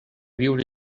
viure